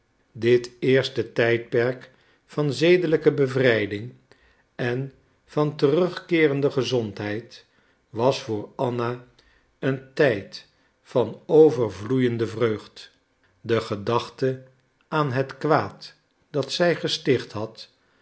dit eerste tijdperk van zedelijke bevrijding en van terugkeerende gezondheid was voor anna een tijd van overvloeiende vreugd de gedachte aan het kwaad dat zij gesticht had